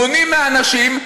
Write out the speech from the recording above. מונעים מאנשים,